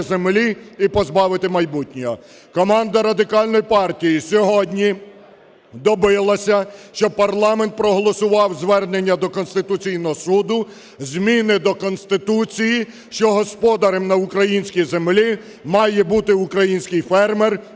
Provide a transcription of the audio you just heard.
землі і позбавити майбутнього. Команда Радикальної партії сьогодні добилася, щоб парламент проголосував звернення до Конституційного Суду, зміни до Конституції, що господарем на українській землі має бути український фермер